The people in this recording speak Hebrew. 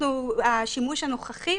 השימוש הנוכחי,